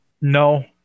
No